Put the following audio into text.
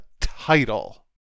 title